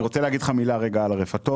אני רוצה להגיד לך מילה על הרפתות.